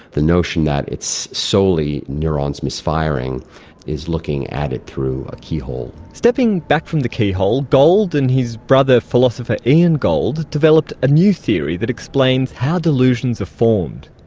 the notion that it's solely neurons misfiring is looking at it through a keyhole. stepping back from the keyhole, gold and his brother philosopher ian gold, developed a new theory that explains how delusions are formed.